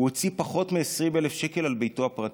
הוא הוציא פחות מ-20,000 שקל על ביתו הפרטי.